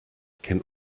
can